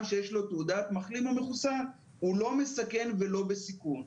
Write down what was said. שיש לו תעודת מחלים או מחוסן הוא לא מסכן ולא בסיכון.